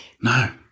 No